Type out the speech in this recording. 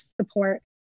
support